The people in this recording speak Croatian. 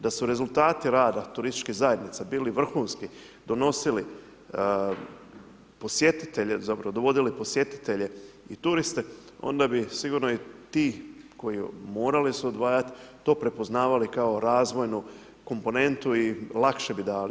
Da su rezultati rada turističkih zajednica bili vrhunski, donosili posjetitelje, zapravo dovodili posjetitelje i turiste, onda bi sigurno i ti koji morali su odvajat, to prepoznavali kao razvojnu komponentu i lakše bi dali.